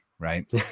Right